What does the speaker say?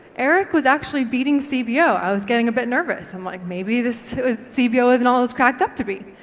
eric was actually beating cbo. i was getting a bit nervous. i'm like, maybe this cbo isn't all it's cracked up to be.